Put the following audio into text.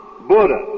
Buddha